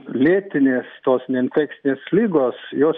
lėtinės tos neinfekcinės lygos jos